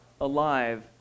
alive